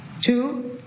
Two